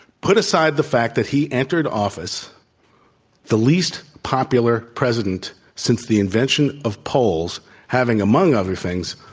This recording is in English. put aside the fact that he entered office the least popular president since the invention of polls having, among other things,